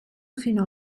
fino